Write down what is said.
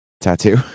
tattoo